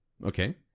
Okay